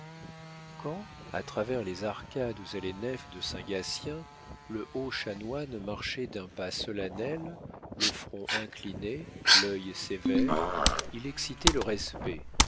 à travers les arcades et les nefs de saint gatien le haut chanoine marchait d'un pas solennel le front incliné l'œil sévère il excitait le respect